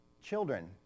Children